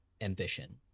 ambition